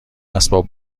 اسباب